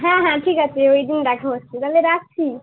হ্যাঁ হ্যাঁ ঠিক আছে ওই দিন দেখা হচ্ছে তাহলে রাখছি